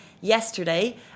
yesterday